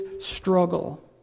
struggle